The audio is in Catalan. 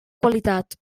qualitat